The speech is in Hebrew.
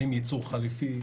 האם ייצור חליפי,